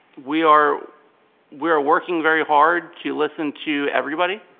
we are we are working very hard to listen to everybody.